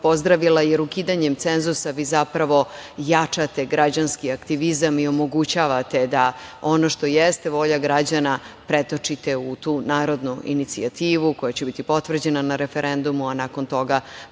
jer ukidanjem cenzusa vi zapravo jačate građanski aktivizam i omogućavate da ono što jeste volja građana pretočite u tu narodnu inicijativu, koja će biti potvrđena na referendumu, a nakon toga